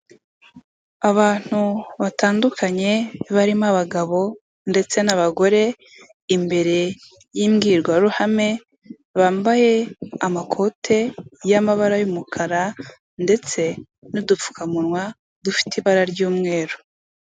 Abantu batandukanye barimo abagabo ndetse n'abagore imbere y'imbwirwaruhame, bambaye amakote y'amabara y'umukara, ndetse n'udupfukamunwa dufite ibara ry'umweru.